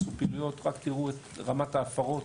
רק תראו את רמת ההפרות.